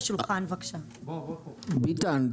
ביטן,